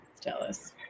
jealous